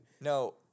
No